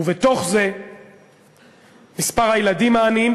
ובתוך זה מספר הילדים העניים,